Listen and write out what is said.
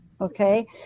okay